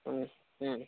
ಹ್ಞೂ ಹ್ಞೂ